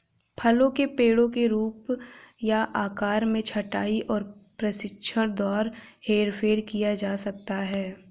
फलों के पेड़ों के रूप या आकार में छंटाई और प्रशिक्षण द्वारा हेरफेर किया जा सकता है